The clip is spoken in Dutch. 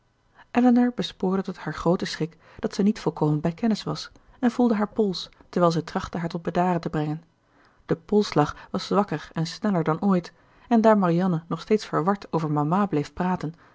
elinor bespeurde tot haar grooten schrik dat zij niet volkomen bij kennis was en voelde haar pols terwijl zij trachtte haar tot bedaren te brengen de polsslag was zwakker en sneller dan ooit en daar marianne nog steeds verward over mama bleef praten